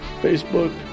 Facebook